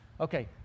okay